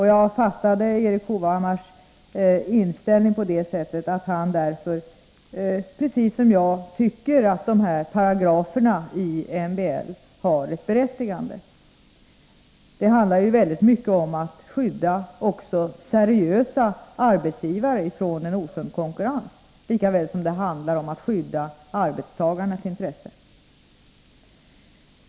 Jag uppfattade Erik Hovhammars inställning på det sättet att han, precis som jag, tycker att dessa paragrafer i MBL därför har ett berättigande. Det handlar ju om att skydda seriösa arbetsgivare från osund konkurrens, lika väl som det handlar om att skydda arbetstagarnas intressen.